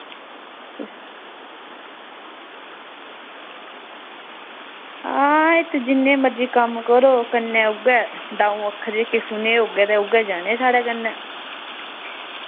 ते इत्त जिन्ने मरजी कम्म करो इत्त उऐ दंऊ अक्खर जेह्ड़े सुने दे होगे ते दंऊ अक्खर उऐ जाने साढ़े कन्नै